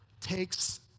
takes